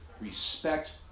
Respect